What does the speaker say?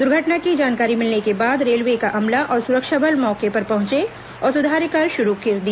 दुर्घटना की जानकारी मिलने के बाद रेलवे का अमला और सुरक्षा बल मौके पर पहुंचे और सुधार कार्य शुरू कर दिया